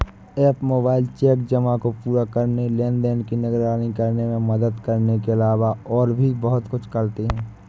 app mobile check जमा को पूरा करने, लेनदेन की निगरानी करने में मदद करने के अलावा और भी बहुत कुछ करते हैं